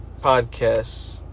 podcasts